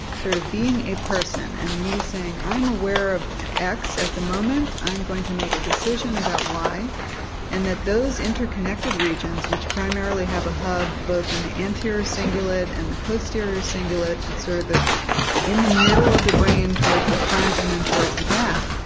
sort of being a person and me saying i'm aware of x at the moment, i'm going to make a decision about y and that those interconnected regions which primarily have a hub both in the anterior cingulate and the posterior cingulate, sort of in the middle of the brain towards the front and then towards the back,